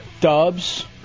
Dubs